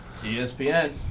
ESPN